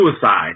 suicide